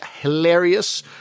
hilarious